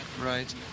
Right